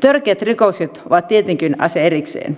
törkeät rikokset ovat tietenkin asia erikseen